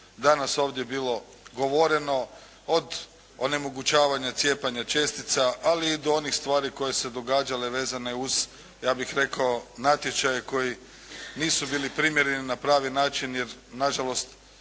danas ovdje bilo govoreno od onemogućavanja cijepanja čestica ali i do onih stvari koje se događaju vezane uz ja bih rekao natječaje koji nisu bili primjereni na pravi način, jer nažalost